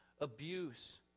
Abuse